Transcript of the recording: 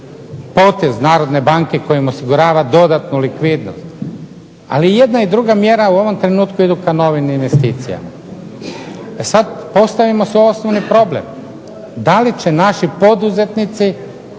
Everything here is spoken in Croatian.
potez Narodne banke kojim osigurava dodatnu likvidnost, ali jedna i druga mjera u ovom trenutku idu ka novim investicijama. E sad postavimo se u osnovni problem, da li će naši poduzetnici